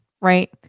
right